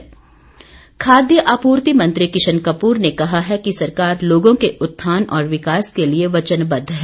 किशन कपूर खाद्य आपूर्ति मंत्री किशन कपूर ने कहा है कि सरकार लोगों के उत्थान और विकास के लिए वचनबद्व है